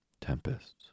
tempests